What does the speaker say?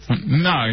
No